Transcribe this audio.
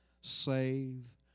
save